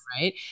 Right